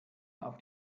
auf